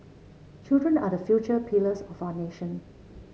children are the future pillars of our nation